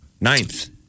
Ninth